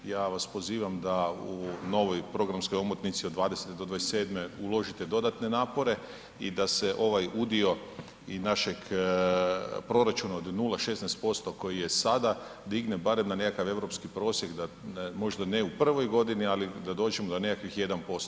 Ja vas pozivam da u novoj programskoj omotnici od '20. do '27. uložite dodatne napore i da se ovaj udio i našeg proračuna od 0,16% koji je sada digne barem na nekakav europski prosjek da možda ne u prvoj godini, ali da dođemo do nekakvih 1%